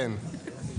כן.